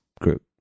group